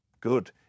good